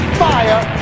fire